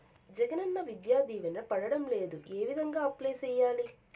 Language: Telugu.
జగనన్న విద్యా దీవెన పడడం లేదు ఏ విధంగా అప్లై సేయాలి